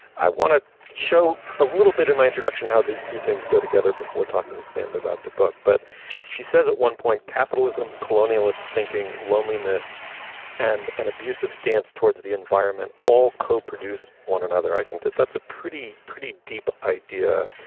i want to show a little bit in my introduction how these two things go together before talking to sam about the book. but she says at one point, capitalism, colonialist thinking, loneliness and an abusive stance towards the environment all co-produce one another. i think that that's a pretty, pretty deep idea.